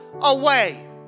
away